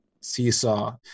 seesaw